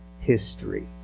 history